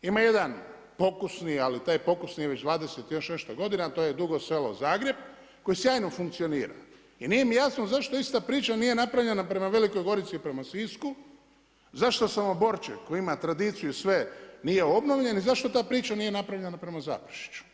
Ima jedan pokusni, ali taj pokusni je već 20 i još nešto godina to je Dugo Selo-Zagreb koji sjajno funkcionira i nije mi jasno zašto ista priča nije napravljena prema Velikoj Gorici i prema Sisku, zašto SAmoborček koji ima tradiciju i sve nije obnovljeni i zašto ta priča nije napravljena prema Zaprešiću?